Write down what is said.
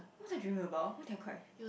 what's the dream about why did I cry